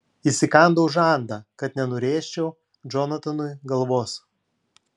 įsikandau žandą kad nenurėžčiau džonatanui galvos